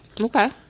Okay